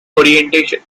orientation